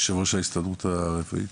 יושב-ראש ההסתדרות הרפואית,